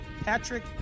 Patrick